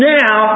now